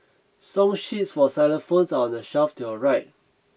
song sheets for xylophones are on the shelf to your right